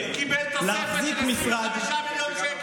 הוא קיבל תוספת של 25 מיליון שקל.